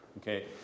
Okay